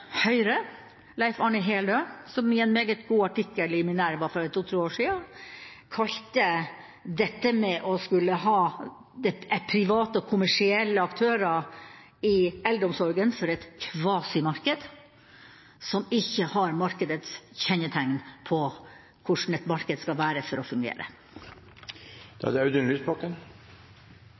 Høyre, Leif Arne Heløe, som i en meget god artikkel i Minerva for to–tre år siden kalte dette med å skulle ha private og kommersielle aktører i eldreomsorgen for et kvasimarked som ikke har markedets kjennetegn på hvordan et marked skal være for å